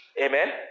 Amen